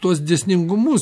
tuos dėsningumus